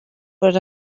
per